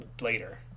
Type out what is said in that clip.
later